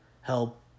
help